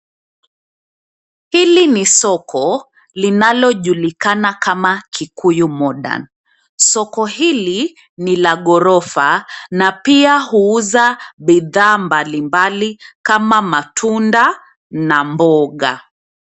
Hili ni soko linalojulikana kama Kikuyu Modern. Soko hili ni la gorofa na pia huuza bidhaa mbalimbali kama matunda na mboga.